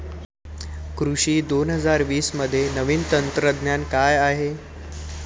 कृषी दोन हजार वीसमध्ये नवीन तंत्रज्ञान काय आहे?